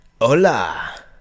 hola